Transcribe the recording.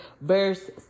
verse